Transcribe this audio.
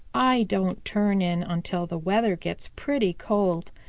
i don't turn in until the weather gets pretty cold,